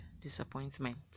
disappointment